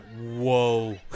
Whoa